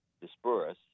disperse